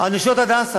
על "נשות הדסה"